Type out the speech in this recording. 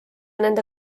nende